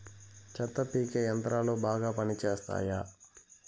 చెత్త పీకే యంత్రాలు బాగా పనిచేస్తాయా?